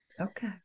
Okay